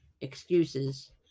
Excuses